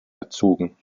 erzogen